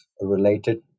related